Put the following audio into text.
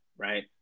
Right